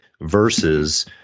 versus